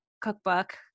cookbook